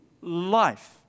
life